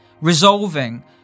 resolving